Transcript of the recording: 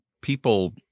people